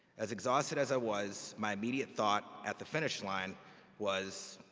as exhausted as i was, my immediate thought at the finish line was.